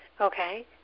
Okay